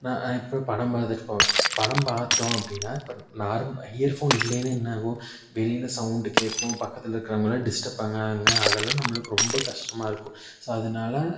நான் இப்போ படம் பார்த்துட்டு போவேன் இப்போ படம் பார்த்தோம் அப்படின்னா இப்போ நார்ம் இயர் ஃபோன் இல்லேன்னால் என்ன ஆகும் வெளியில் சவுண்டு கேட்கும் பக்கத்தில் இருக்கிறவங்கள டிஸ்டப் ஆவாங்க அதெல்லாம் நம்மளுக்கு ரொம்ப கஷ்டமா இருக்கும் ஸோ அதனால